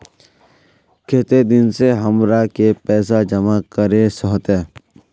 केते दिन में हमरा के पैसा जमा करे होते?